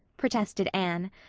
protested anne.